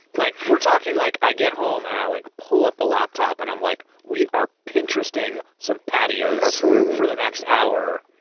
like we're talking like i get home and i like pull up the laptop and i'm like, we are pintresting some patios for the next hour.